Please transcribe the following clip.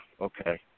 okay